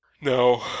No